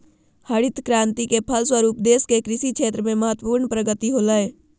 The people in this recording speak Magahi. हरित क्रान्ति के फलस्वरूप देश के कृषि क्षेत्र में महत्वपूर्ण प्रगति होलय